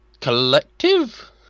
Collective